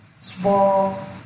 small